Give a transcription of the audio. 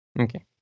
Okay